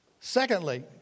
Secondly